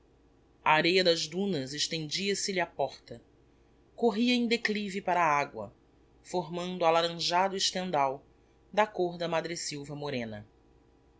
a areia das dunas extendia se lhe á porta corria em declive para a agua formando alaranjado estendal da côr da madresylva morena